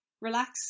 relax